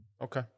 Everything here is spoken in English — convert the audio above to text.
Okay